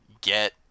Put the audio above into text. get